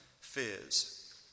fears